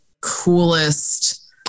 coolest